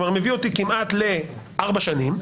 כלומר זה מביא אותי כמעט לארבע שנים,